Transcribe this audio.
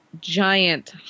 giant